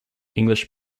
english